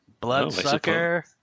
bloodsucker